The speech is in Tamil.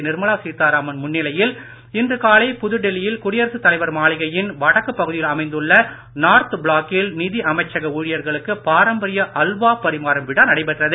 நிர்மலா சீதாராமன் முன்னிலையில் இன்று காலை புதுடெல்லியில் குடியரசுத்தலைவர் மாளிகையின் வடக்கு பகுதியில் அமைந்துள்ள நார்த் பிளாக்கில் நிதி அமைச்சக ஊழியர்களுக்கு பாரம்பரிய அல்வா பரிமாறும் விழா நடைபெற்றது